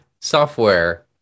software